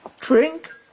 drink